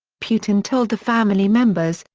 putin told the family members,